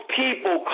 people